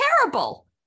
terrible